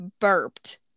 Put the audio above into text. burped